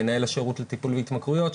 מנהל השירות לטיפול בהתמכרויות,